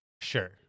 Sure